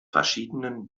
verschiedenen